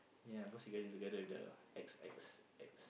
ya because he getting together with the ex ex ex